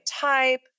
type